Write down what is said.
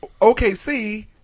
OKC